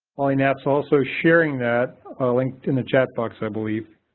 molly knapp is also sharing that link in the chat box, i believe.